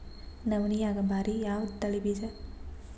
ನವಣಿಯಾಗ ಭಾರಿ ಯಾವದ ತಳಿ ಬೀಜ?